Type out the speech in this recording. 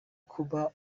kuba